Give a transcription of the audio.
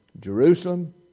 Jerusalem